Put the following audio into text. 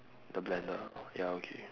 the blender ya okay